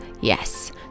Yes